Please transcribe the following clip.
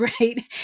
right